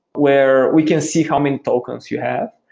where we can see how many tokens you have.